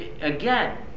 again